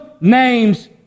names